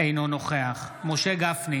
אינו נוכח משה גפני,